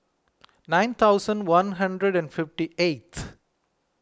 nine thousand one hundred and fifty eighth